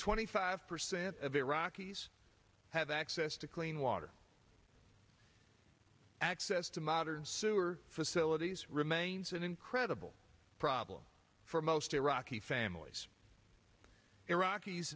twenty five percent of iraqis have access to clean water access to modern sewer facilities remains an incredible problem for most iraqi families iraqis